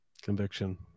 Conviction